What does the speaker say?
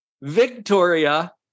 Victoria